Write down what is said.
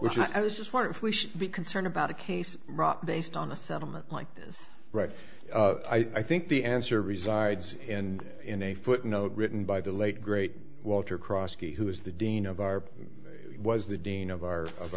which i was just wonder if we should be concerned about a case based on a settlement like this right i think the answer resides in in a footnote written by the late great walter crosstie who is the dean of our was the dean of our of